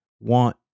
want